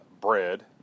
bread